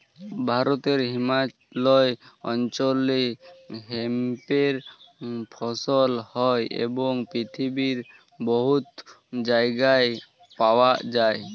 ভারতে হিমালয় অল্চলে হেম্পের ফসল হ্যয় এবং পিথিবীর বহুত জায়গায় পাউয়া যায়